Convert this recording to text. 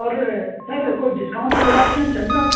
اور سر کوئی ڈسکاؤنٹ وغیرہ آپ کے یہاں چل رہا